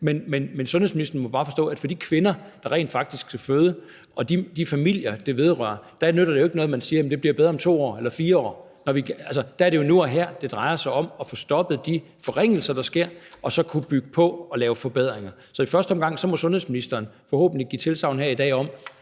men sundhedsministeren må jo bare forstå, at for de kvinder, der rent faktisk skal føde, og de familier, det vedrører, nytter det jo ikke noget, man siger, at det bliver bedre om 2 år eller om 4 år. Der drejer det sig jo nu og her om at få stoppet de forringelser, der sker, og så kunne bygge på og lave forbedringer. Så i første omgang må sundhedsministeren forhåbentlig give tilsagn her i dag om